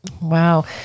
Wow